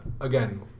again